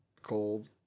cold